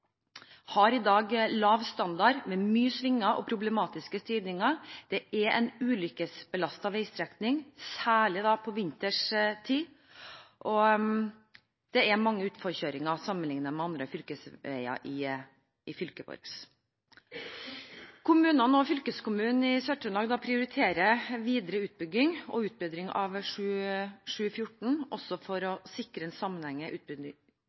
har i dag lav standard med mange svinger og problematiske stigninger. Det er en ulykkesbelastet veistrekning, særlig på vintertid. Det er mange utforkjøringer der sammenlignet med andre fylkesveier i fylket. Kommunene og fylkeskommunen i Sør-Trøndelag prioriterer videre utbygging og utbedring av fv. 714 for å sikre en sammenhengende utbygging av trinn 2. Jeg er glad for at regjeringen signaliserer en